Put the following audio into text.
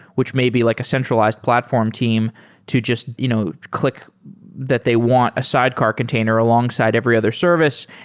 which may be like a centralized platform team to just you know click that they want a sidecar container alongside every other service.